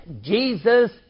Jesus